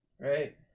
Right